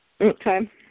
Okay